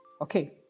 Okay